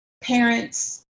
parents